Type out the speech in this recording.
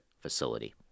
facility